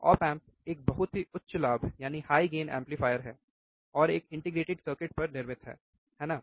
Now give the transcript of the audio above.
op amp एक बहुत ही उच्च लाभ एम्पलीफायर है और एक इंटीग्रेटेड सर्किट पर निर्मित है है ना